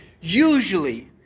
Usually